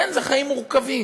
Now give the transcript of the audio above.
כן, זה חיים מורכבים,